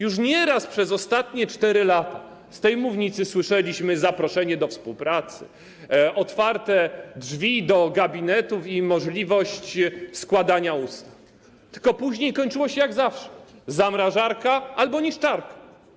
Już nieraz przez ostatnie 4 lata z tej mównicy słyszeliśmy zaproszenie do współpracy - otwarte drzwi do gabinetów i możliwość składania ustaw - tylko później kończyło się jak zawsze: zamrażarka albo niszczarka.